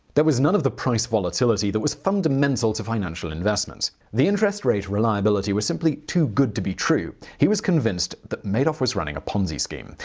was none of the price volatility that was fundamental to financial investment. the interest rate reliability was simply too good to be true. he was convinced that madoff was running a ponzi scheme.